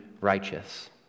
righteous